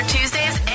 Tuesdays